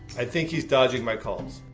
i think he's dodging my calls.